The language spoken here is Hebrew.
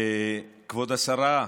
כבוד השרה,